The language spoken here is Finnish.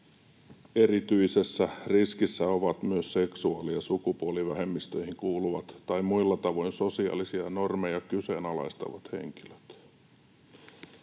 erityisessä riskissä ovat myös seksuaali- ja sukupuolivähemmistöihin kuuluvat tai muilla tavoin sosiaalisia normeja kyseenalaistavat henkilöt.”